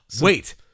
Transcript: Wait